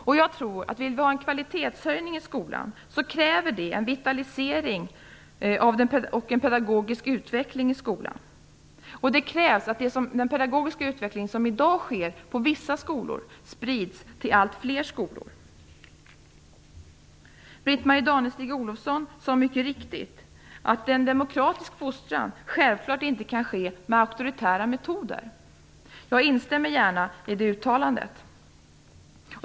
Om vi vill ha en kvalitetshöjning i skolan så kräver det en vitalisering och en pedagogisk utveckling i skolan. Det krävs att den pedagogiska utveckling som i dag sker på vissa skolor sprids till allt fler skolor. Britt-Marie Danestig-Olofsson sade mycket riktigt att en demokratisk fostran självklart inte kan ske med auktoritära metoder. Jag instämmer gärna i det uttalandet.